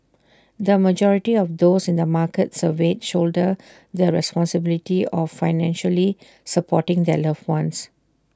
the majority of those in the markets surveyed shoulder the responsibility of financially supporting their loved ones